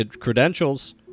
credentials